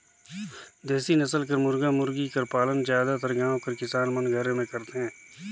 देसी नसल कर मुरगा मुरगी कर पालन जादातर गाँव कर किसान मन घरे में करथे